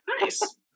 Nice